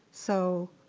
so.